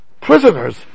Prisoners